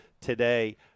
today